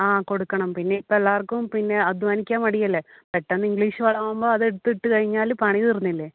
ആ കൊടുക്കണം പിന്നിപ്പം എല്ലാവർക്കും പിന്നെ അദ്ധ്വാനിക്കാൻ മടിയല്ലേ പെട്ടന്ന് ഇംഗ്ലീഷ് വളാകുമ്പോ അത് എടുത്ത് ഇട്ടിട്ട് കഴിഞ്ഞാല് പണി തീർന്നില്ലേ